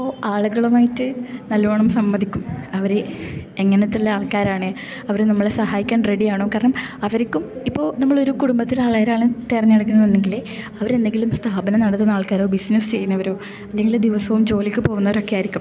അപ്പോൾ ആളുകളുമായിട്ട് നല്ലോണം സംവദിക്കും അവര് എങ്ങനത്തെ ഉള്ള ആൾക്കാരാണ് അവര് നമ്മളെ സഹായിക്കാൻ റെഡി ആണോ കാരണം അവര്ക്കും ഇപ്പോൾ നമ്മളൊരു കുടുംബത്തിലാള് ഒരാളായി തിരഞ്ഞെടുക്കുന്നുണ്ടെങ്കില് അവര് എന്തെങ്കിലും സ്ഥാപനം നടത്തുന്ന ആൾക്കാരോ ബിസിനസ്സ് ചെയ്യുന്നവരോ അല്ലങ്കില് ദിവസവും ജോലിക്ക് പോകുന്നവരൊക്കെ ആയിരിക്കും